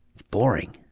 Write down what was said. it's boring.